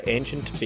Ancient